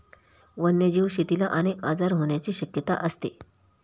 वन्यजीव शेतीला अनेक आजार होण्याची शक्यता असते